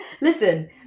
listen